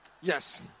yes